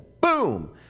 boom